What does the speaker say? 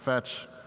fetch,